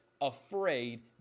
afraid